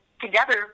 together